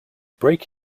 break